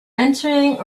entering